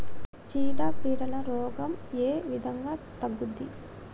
చీడ పీడల రోగం ఏ విధంగా తగ్గుద్ది?